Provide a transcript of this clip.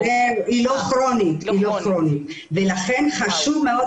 דווקא כמו שאומר חברי,